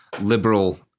liberal